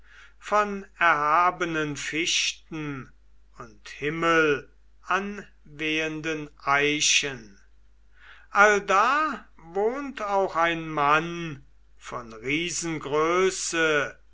von erhabenen fichten und himmelanwehenden eichen allda wohnt auch ein mann von riesengröße